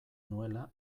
nuela